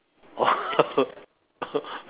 oh